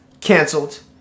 Cancelled